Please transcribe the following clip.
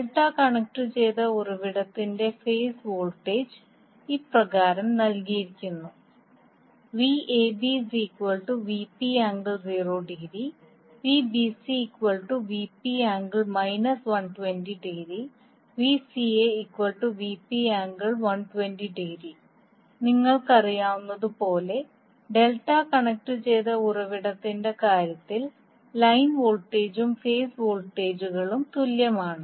delta കണക്റ്റുചെയ്ത ഉറവിടത്തിന്റെ phase voltage ഇപ്രകാരം നൽകിയിരിക്കുന്നു നിങ്ങൾക്കറിയാവുന്നതുപോലെ ഡെൽറ്റ കണക്റ്റുചെയ്ത ഉറവിടത്തിന്റെ കാര്യത്തിൽ ലൈൻ വോൾട്ടേജും ഫേസ് വോൾട്ടേജുകളും തുല്യമാണ്